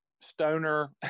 stoner